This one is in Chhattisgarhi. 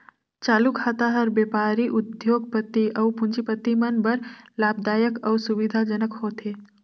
चालू खाता हर बेपारी, उद्योग, पति अउ पूंजीपति मन बर लाभदायक अउ सुबिधा जनक होथे